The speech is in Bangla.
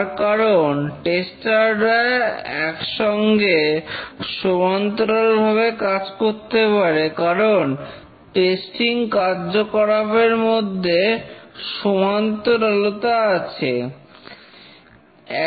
তার কারণ টেস্টার রা একসঙ্গে সমান্তরালভাবে কাজ করতে পারে কারণ টেস্টিং কার্যকলাপের মধ্যে সমান্তরালতা থাকে